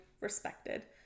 respected